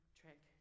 trick